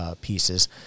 pieces